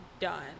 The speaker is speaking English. done